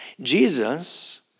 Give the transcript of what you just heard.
Jesus